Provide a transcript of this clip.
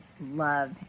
love